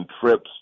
trips